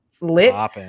lit